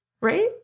right